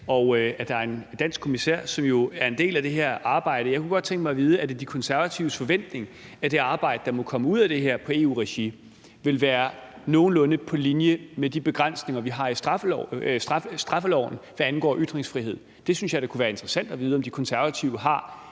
og at der er en dansk kommissær, som er en del af det her arbejde. Jeg kunne godt tænke mig at vide, om det er De Konservatives forventning, at det arbejde, der måtte komme ud af det her i EU-regi, vil være nogenlunde på linje med de begrænsninger, vi har i straffeloven, hvad angår ytringsfrihed. Det synes jeg kunne være interessant at vide: Har De Konservative den